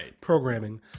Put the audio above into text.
programming